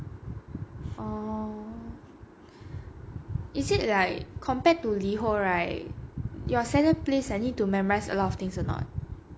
orh is it like compared to liho right your salad place like need to memorize a lot of things or not